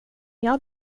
jag